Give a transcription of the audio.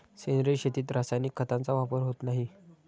सेंद्रिय शेतीत रासायनिक खतांचा वापर होत नाही